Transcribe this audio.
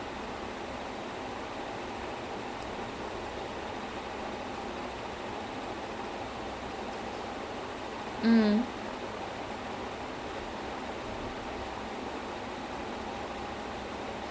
in the whole meal there am I gonna get fat ya so அவ்ளோ சாப்பாடு:avlo saapaadu so அவங்க வந்து:avanga vanthu like every meal is so much food right then they then அவ்ளோவு சாப்டுட்டு கடைசில ஒரு பாயாசமும் தருவாங்க:avlovu saaptutu kadaisila oru paayasamum tharuvaanga